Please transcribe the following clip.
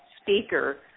speaker